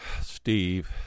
Steve